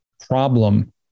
problem